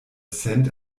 cent